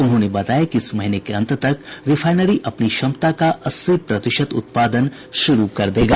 उन्होंने बताया कि इस महीने के अंत तक रिफाईनरी अपनी क्षमता का अस्सी प्रतिशत उत्पादन शुरू कर देगा